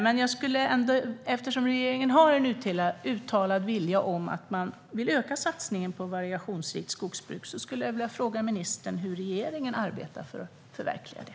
Men eftersom regeringen har en uttalad vilja att öka satsningen på ett variationsrikt skogsbruk vill jag fråga ministern hur regeringen arbetar för att förverkliga det.